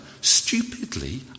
stupidly